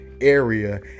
area